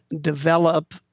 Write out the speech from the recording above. develop